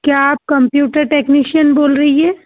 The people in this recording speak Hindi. क्या आप कम्प्यूटर टेक्निशियन बोल रहीं हैं